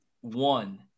one